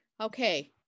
Okay